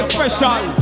Special